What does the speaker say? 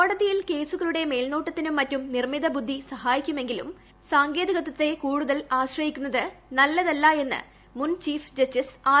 കോടതിയിൽ കേസുകളുടെ മേൽനോട്ടത്തിനും മറ്റും നിർമ്മിത ബുദ്ധി സഹായിക്കുമെങ്കിലും സാങ്കേതികത്വത്തെ കൂടുതൽ ആശ്രിക്കുന്നത് നല്ലതല്ല എന്ന് മുൻ ചീഫ് ജസ്റ്റിസ് ആർ